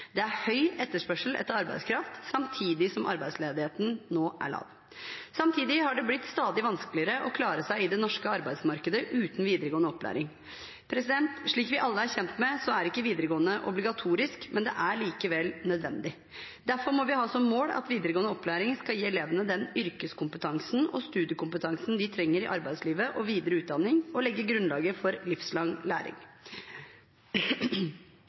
Det er høy etterspørsel etter arbeidskraft, samtidig som arbeidsledigheten nå er lav. Samtidig har det blitt stadig vanskeligere å klare seg i det norske arbeidsmarkedet uten videregående opplæring. Slik vi alle er kjent med, er ikke videregående obligatorisk, men det er likevel nødvendig. Derfor må vi ha som mål at videregående opplæring skal gi elevene den yrkeskompetansen og studiekompetansen de trenger i arbeidslivet og videre utdanning – og legge grunnlaget for livslang læring.